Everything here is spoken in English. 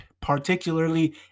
particularly